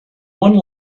one